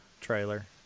trailer